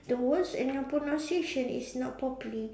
the words and your pronunciation is not properly